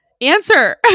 answer